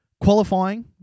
Qualifying